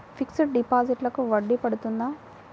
Fixed డిపాజిట్లకు వడ్డీ పడుతుందా?